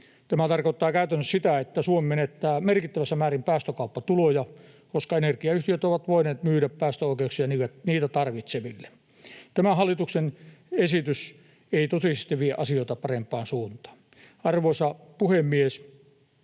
Tämä tarkoittaa käytännössä sitä, että Suomi menettää merkittävässä määrin päästökauppatuloja, koska energiayhtiöt ovat voineet myydä päästöoikeuksia niitä tarvitseville. Tämä hallituksen esitys ei totisesti vie asioita parempaan suuntaan. Arvoisa puhemies!